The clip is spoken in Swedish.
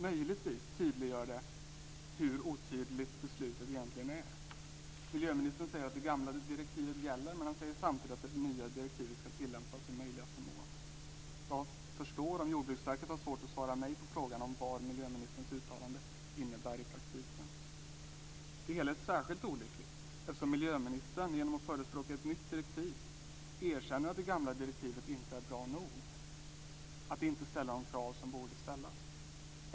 Möjligtvis tydliggör det hur otydligt beslutet egentligen är. Miljöministern säger att det gamla direktivet gäller, men han säger samtidigt att det nya direktivet ska tillämpas i möjligaste mån. Jag förstår om Jordbruksverket har svårt att svara mig på frågan om vad miljöministerns uttalande innebär i praktiken. Det hela är särskilt olyckligt eftersom miljöministern, genom att förespråka ett nytt direktiv, erkänner att det gamla direktivet inte är bra nog, att det inte ställer de krav som borde ställas.